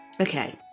Okay